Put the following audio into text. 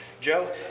Joe